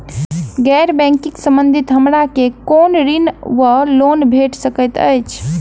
गैर बैंकिंग संबंधित हमरा केँ कुन ऋण वा लोन भेट सकैत अछि?